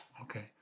okay